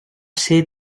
ser